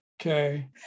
Okay